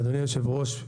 אדוני היושב-ראש,